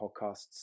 podcasts